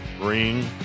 ring